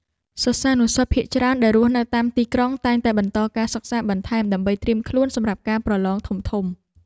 សិស្សានុសិស្សភាគច្រើនដែលរស់នៅតាមទីក្រុងតែងតែបន្តការសិក្សាបន្ថែមដើម្បីត្រៀមខ្លួនសម្រាប់ការប្រឡងធំៗ។